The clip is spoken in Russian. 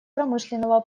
промышленного